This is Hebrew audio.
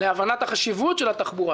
להבנת החשיבות של התחבורה,